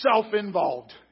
self-involved